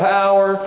power